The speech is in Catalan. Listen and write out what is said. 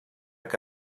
que